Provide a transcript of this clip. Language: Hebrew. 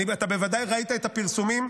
אתה בוודאי ראית את הפרסומים,